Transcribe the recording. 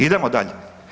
Idemo dalje.